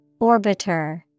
Orbiter